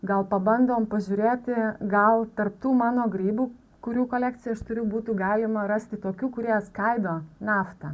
gal pabandom pažiūrėti gal tarp tų mano grybų kurių kolekciją aš turiu būtų galima rasti tokių kurie skaido naftą